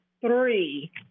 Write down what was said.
three